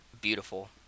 Beautiful